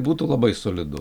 būtų labai solidu